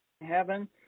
heaven